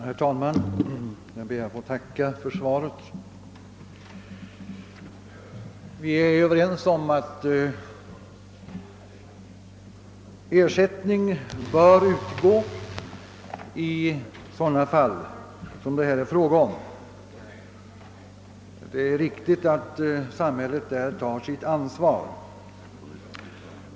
Herr talman! Jag ber att få tacka för svaret. Vi är överens om att ersättning bör utgå i sådana fall som det här är fråga om; det är riktigt att samhället där tar sitt ansvar.